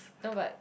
no but